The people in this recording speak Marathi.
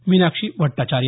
मिनाक्षी भट्टाचार्या